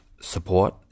support